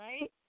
Right